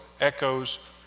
echoes